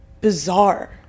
bizarre